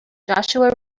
joshua